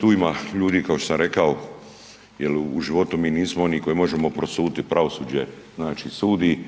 tu ima ljudi kao što sam rekao jel u životu mi nismo oni koji možemo prosuditi, pravosuđe znači sudi,